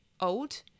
old